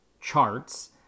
charts